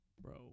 Bro